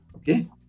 Okay